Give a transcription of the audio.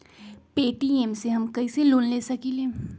Paytm से हम कईसे लोन ले सकीले?